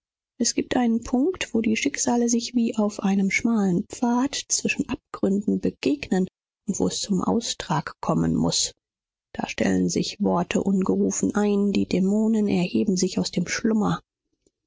es gibt einen punkt wo die schicksale sich wie auf einem schmalen pfad zwischen abgründen begegnen und wo es zum austrag kommen muß da stellen sich worte ungerufen ein die dämonen erheben sich aus dem schlummer